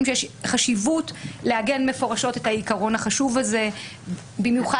שיש חשיבות לעגן מפורשות את העיקרון החשוב הזה במיוחד